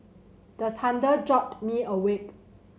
the thunder jolt me awake